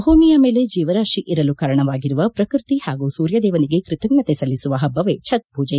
ಭೂಮಿಯ ಮೇಲೆ ಜೀವರಾತಿ ಇರಲು ಕಾರಣವಾಗಿರುವ ಪ್ರಕ್ಷತಿ ಹಾಗೂ ಸೂರ್ಯದೇವನಿಗೆ ಕೃತಜ್ಞತೆ ಸಲ್ಲಿಸುವ ಹಬ್ಬವೇ ಛತ್ ಮೂಜೆ